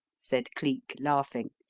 said cleek, laughing.